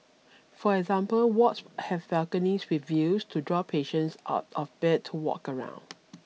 for example wards have balconies with views to draw patients out of bed to walk around